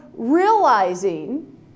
realizing